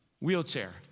Wheelchair